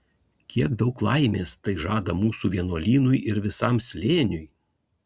kiek daug laimės tai žada mūsų vienuolynui ir visam slėniui